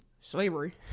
slavery